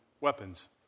weapons